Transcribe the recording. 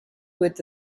with